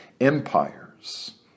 empires